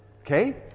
okay